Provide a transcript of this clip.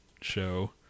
show